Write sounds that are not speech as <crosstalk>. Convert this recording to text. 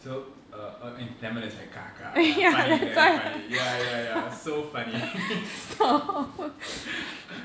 so uh uh in tamil it's like kakka ya funny very funny ya ya ya so funny <laughs>